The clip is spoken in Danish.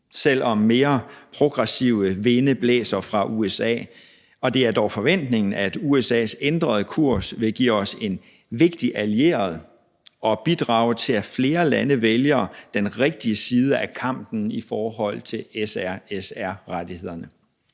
selv om mere progressive vinde blæser fra USA. Det er dog forventningen, at USA's ændrede kurs vil give os en vigtig allieret og bidrage til, at flere lande vælger den rigtige side af kampen i forhold til SRSR-rettighederne.